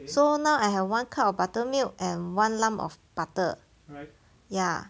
so now I have one kind of buttermilk and one lump of butter ya